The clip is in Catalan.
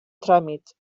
tràmit